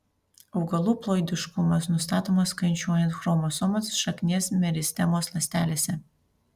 augalų ploidiškumas nustatomas skaičiuojant chromosomas šaknies meristemos ląstelėse